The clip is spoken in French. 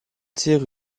tire